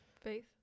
Faith